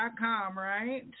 right